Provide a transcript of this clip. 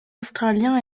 australiens